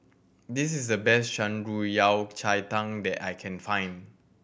this is the best Shan Rui Yao Cai Tang that I can find